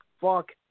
Fuck